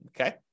Okay